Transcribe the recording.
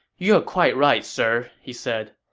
you are quite right, sir, he said.